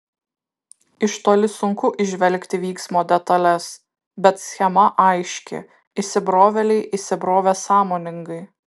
iš toli sunku įžvelgti vyksmo detales bet schema aiški įsibrovėliai įsibrovė sąmoningai